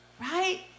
Right